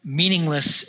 meaningless